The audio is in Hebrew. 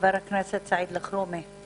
חבר הכנסת סעיד אלחרומי.